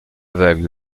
aveugle